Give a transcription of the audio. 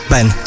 Ben